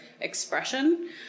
expression